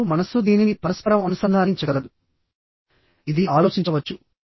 ఇప్పుడుమనస్సు దీనిని పరస్పరం అనుసంధానించగలదు ఇది ఆలోచించవచ్చు ఓ